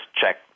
check